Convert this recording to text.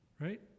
Right